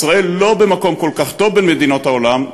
ישראל לא במקום כל כך טוב בין מדינות העולם,